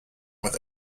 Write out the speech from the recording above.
with